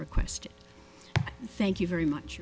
request thank you very much